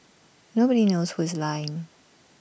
nobody knows who is lying